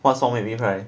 what song make me cry